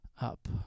up